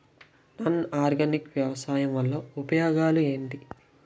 Non organic వ్యవసాయం వల్ల ఉపయోగాలు ఏంటీ?